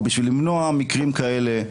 הוא בשביל למנוע מקרים כאלה,